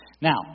Now